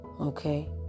okay